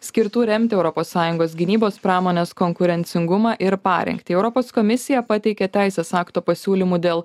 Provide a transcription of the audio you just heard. skirtų remti europos sąjungos gynybos pramonės konkurencingumą ir parengtį europos komisija pateikė teisės akto pasiūlymų dėl